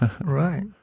right